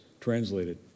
translated